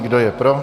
Kdo je pro?